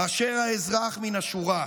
מאשר האזרח מן השורה.